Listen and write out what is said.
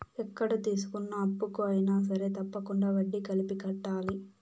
ఎక్కడ తీసుకున్న అప్పుకు అయినా సరే తప్పకుండా వడ్డీ కలిపి కట్టాలి